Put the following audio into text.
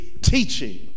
teaching